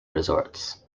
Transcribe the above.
resorts